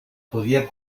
podía